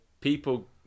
people